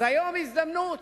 אז היום, הזדמנות: